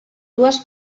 dues